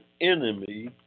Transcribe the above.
enemy